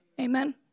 Amen